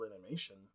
animation